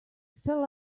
shall